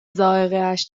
ذائقهاش